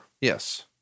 yes